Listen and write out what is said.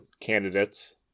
candidates